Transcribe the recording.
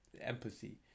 empathy